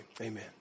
amen